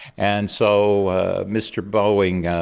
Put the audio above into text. and so ah mr boeing,